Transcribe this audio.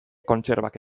kontserbak